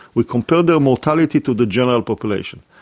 we compared their mortality to the general population.